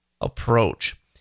approach